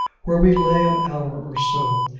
where we lay an hour or so.